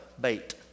bait